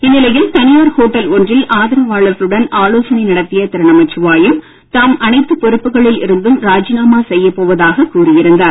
இந்நிலையில் தனியார் ஒட்டல் ஒன்றில் ஆதரவாளர்களுடன் ஆலோசனை நடத்திய திரு நமச்சிவாயம் தாம் அனைத்து பொறுப்புகளில் இருந்தும் ராஜினாமா செய்ய போவதாக கூறியிருந்தார்